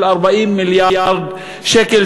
של 40 מיליארד שקל,